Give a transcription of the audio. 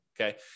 okay